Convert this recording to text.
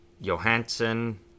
Johansson